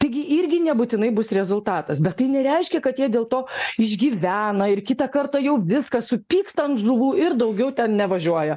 taigi irgi nebūtinai bus rezultatas bet tai nereiškia kad jie dėl to išgyvena ir kitą kartą jau viskas supyksta ant žuvų ir daugiau ten nevažiuoja